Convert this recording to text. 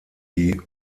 die